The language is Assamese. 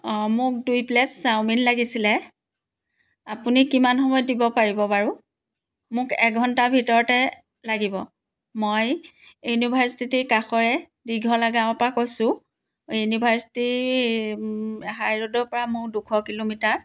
অঁ মোক দুই প্লেট চাওমিন লাগিছিলে আপুনি কিমান সময়ত দিব পাৰিব বাৰু মোক এঘণ্টা ভিতৰতে লাগিব মই ইউনিভাৰ্ছিটিৰ কাষৰে দীঘলা গাঁৱৰ পৰা কৈছোঁ ইউনিভাৰ্ছিটিৰ হাই ৰোডৰ পৰা মোৰ দুশ কিলোমিটাৰ